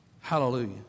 Hallelujah